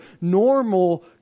normal